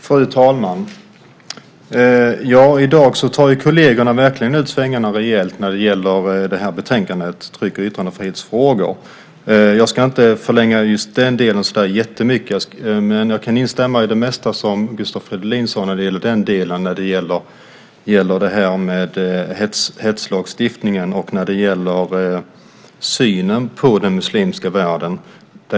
Fru talman! Kollegerna tar ut svängarna rejält när det gäller betänkandet Tryck och yttrandefrihetsfrågor, m.m. Jag ska inte förlänga just den delen av debatten utan instämma i det mesta av det som Gustav Fridolin sade beträffande hetslagstiftningen och synen på den muslimska världen.